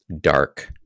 dark